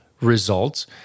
results